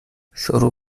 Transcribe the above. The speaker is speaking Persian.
شروع